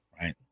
Right